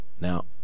Now